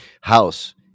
house